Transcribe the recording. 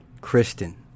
Kristen